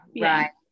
right